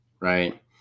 right